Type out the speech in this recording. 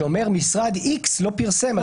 שאומר: משרד X לא פרסם,